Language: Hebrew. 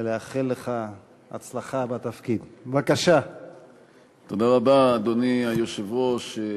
תודה רבה, אדוני היושב-ראש.